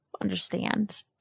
understand